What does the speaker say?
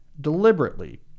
deliberately